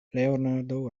leonardo